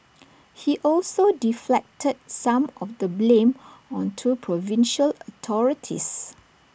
he also deflected some of the blame onto provincial authorities